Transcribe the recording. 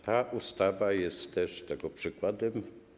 Ta ustawa jest też tego przykładem.